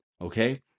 okay